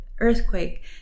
earthquake